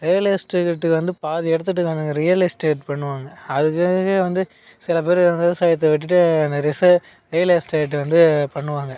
real எஸ்டேட்டுக்கு வந்து பாதி இடத்த வந்து ரியல் எஸ்டேட் பண்ணுவாங்க அதுக்காகவே வந்து சில பேர் விவசாயத்தை விட்டுட்டு நிறைய விவசாயி ரியல் எஸ்டேட் வந்து பண்ணுவாங்கள்